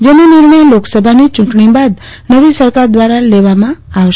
જેનો નિર્ણય લોકસભાની યુંટણી બાદ નવી સરકાર દ્વારા લેવામાં આવશે